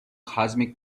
cosmic